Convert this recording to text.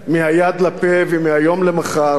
מהיד לפה ומהיום למחר,